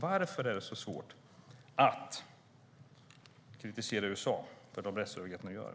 Varför är det så svårt att kritisera USA för de rättsövergrepp man gör?